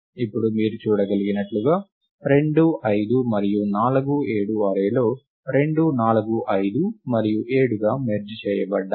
ఇప్పుడు మీరు చూడగలిగినట్లుగా 2 5 మరియు 4 7 అర్రే లో 2 4 5 మరియు 7 గా మెర్జ్ చేయబడ్డాయి